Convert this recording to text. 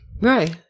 Right